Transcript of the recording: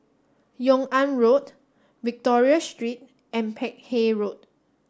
Yung An Road Victoria Street and Peck Hay Road